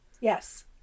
Yes